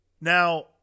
Now